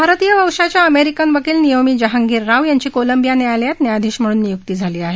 भारतीय वंशाच्या अमेरिकन वकिल नियोमी जहांगीर राव यांची कोलंबिया न्यायालयात न्यायाधिश म्हणून नियुक्ती झाली आहे